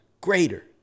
greater